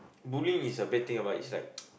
bullying is a bad thing ah but is like